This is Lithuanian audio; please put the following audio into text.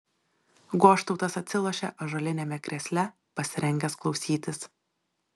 goštautas atsilošė ąžuoliniame krėsle pasirengęs klausytis